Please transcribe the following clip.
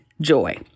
Joy